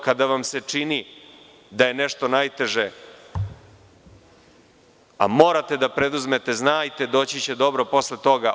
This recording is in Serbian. Kada vam se čini da je nešto najteže, a morate da preduzmete, znajte doći će dobro posle toga.